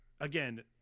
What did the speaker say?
again